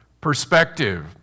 perspective